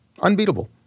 unbeatable